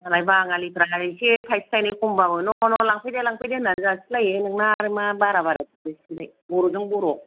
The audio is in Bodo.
मालाय बाङालिफोरा एसे थाइसे थाइनै खम बाबो न न लांफैदो लांफैदो होन्नानै जासिलायो नोंना आर मा बारा बारा बियोसै बेलाय बर'जों बर'